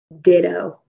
Ditto